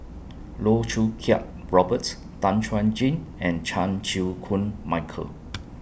Loh Choo Kiat Roberts Tan Chuan Jin and Chan Chew Koon Michael